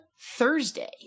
Thursday